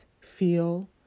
feel